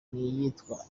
n’iyitwa